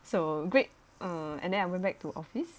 so great uh and then I went back to office